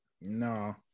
No